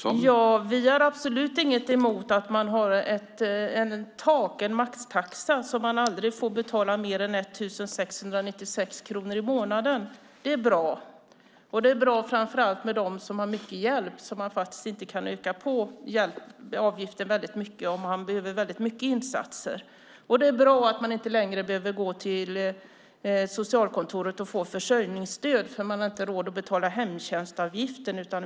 Herr talman! Vi har absolut ingenting emot att vi har ett tak, en maxtaxa, så att man aldrig behöver betala mer än 1 696 kronor i månaden. Det är bra. Framför allt är det bra för dem som har mycket hjälp så att avgiften inte kan höjas kraftigt om någon behöver mycket insatser. Det är också bra att man inte längre behöver gå till socialkontoret och få försörjningsstöd för att man inte har råd att betala hemtjänstavgiften.